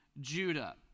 Judah